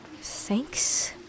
Thanks